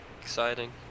exciting